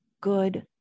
good